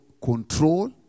control